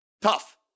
tough